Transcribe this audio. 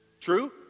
true